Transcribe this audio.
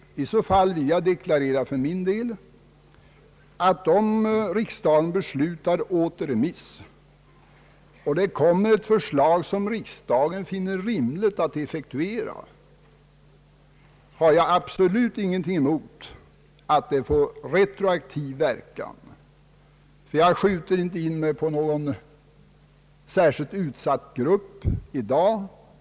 Under sådana omständigheter vill jag deklarera att om riksdagen beslutar återremiss och därefter ett förslag läggs fram, som riks dagen finner det vara rimligt att effektuera, har jag absolut inte någonting emot att det får retroaktiv verkan. Jag skjuter inte in mig på någon särskilt utsatt grupp i dag.